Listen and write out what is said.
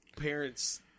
parents